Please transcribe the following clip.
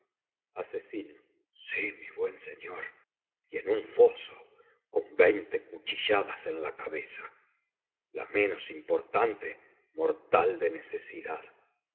muerto sí mi buen señor y en un foso con veinte cuchilladas en la cabeza la menos importante mortal de necesidad